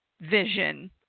vision